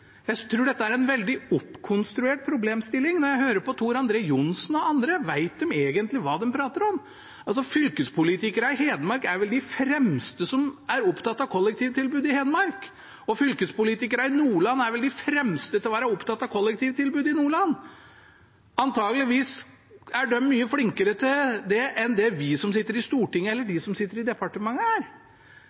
Jeg tror dette er en veldig oppkonstruert problemstilling. Når jeg hører på Tor André Johnsen og andre – vet de egentlig hva de prater om? Fylkespolitikerne i Hedmark er vel de fremste til å være opptatt av kollektivtilbudet i Hedmark, og fylkespolitikerne i Nordland er vel de fremste til å være opptatt av kollektivtilbudet i Nordland? Antakeligvis er de mye flinkere til det enn det vi som sitter på Stortinget, eller de som sitter i departementet, er. Jeg synes dette er en oppkonstruert virkelighet. Det er